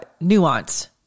nuance